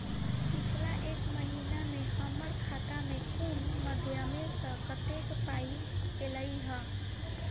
पिछला एक महीना मे हम्मर खाता मे कुन मध्यमे सऽ कत्तेक पाई ऐलई ह?